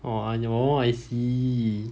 orh I I see